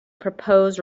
propose